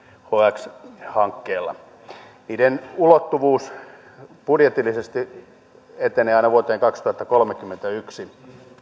hx hankkeella niiden ulottuvuus budjetillisesti etenee aina vuoteen kaksituhattakolmekymmentäyksi